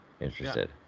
interested